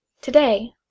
Today